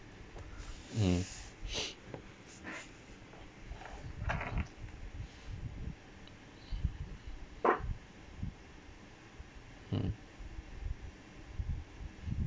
mm mm